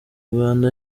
rwanda